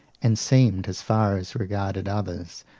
and seemed, as far as regarded others,